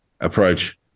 approach